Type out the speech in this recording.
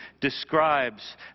describes